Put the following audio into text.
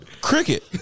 cricket